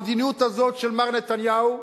המדיניות הזאת של מר נתניהו,